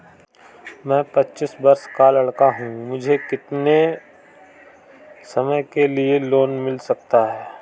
मैं पच्चीस वर्ष का लड़का हूँ मुझे कितनी समय के लिए लोन मिल सकता है?